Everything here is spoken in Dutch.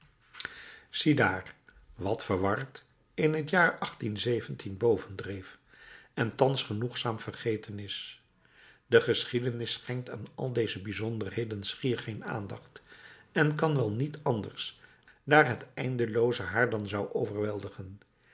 ziedaar wat verward in t jaar en thans genoegzaam vergeten is de geschiedenis schenkt aan al deze bijzonderheden schier geen aandacht en kan wel niet anders daar het eindelooze haar dan zou overweldigen